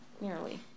nearly